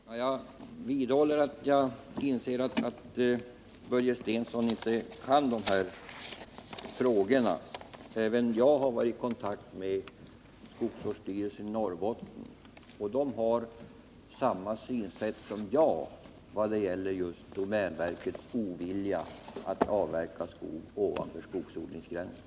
Herr talman! Jag vidhåller att jag anser att Börje Stensson inte kan de här frågorna. Även jag har varit i kontakt med skogsvårdsstyrelsen inom Norrbotten. Där har man samma synsätt som jag vad gäller just domänverkets ovilja att avverka skog ovanför skogsodlingsgränsen.